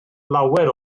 lawer